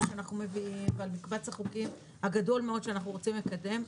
שאנחנו מביאים ועל מקבץ החוקים הגדול מאוד שאנחנו רוצים לקדם,